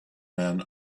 men